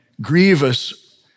grievous